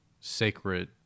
sacred